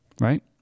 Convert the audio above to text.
Right